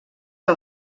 que